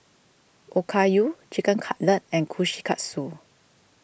Okayu Chicken Cutlet and Kushikatsu